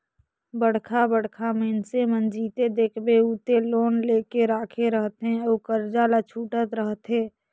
बड़का बड़का मइनसे मन जिते देखबे उते लोन लेके राखे रहथे अउ करजा ल छूटत रहथे